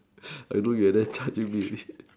I know you at there judging me already